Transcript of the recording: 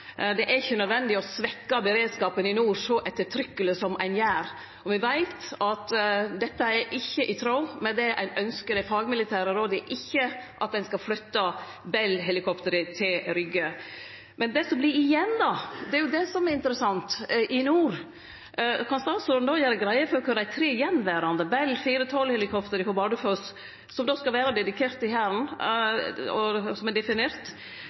Det er ikkje nødvendig å svekkje beredskapen i nord så ettertrykkeleg som ein gjer. Me veit at dette ikkje er i tråd med fagmilitære råd. Ein ynskjer ikkje at ein skal flytte Bell-helikoptra til Rygge. Det som vert igjen i nord, er det som er interessant. Kan statsråden gjere greie for kva dei tre attverande Bell 412-helikoptra på Bardufoss, som er dedikerte Hæren, skal vere i stand til? Og kor mange skal vere i beredskap samanlikna med dagens nivå? No er